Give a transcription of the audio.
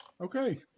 Okay